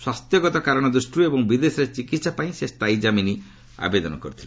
ସ୍ୱାସ୍ଥ୍ୟଗତ କାରଣ ଦୃଷ୍ଟିରୁ ଏବଂ ବିଦେଶରେ ଚିକିତ୍ସାପାଇଁ ସେ ସ୍କାୟୀ ଜାମିନ୍ ଆବେଦନ କରିଥିଲେ